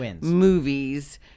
movies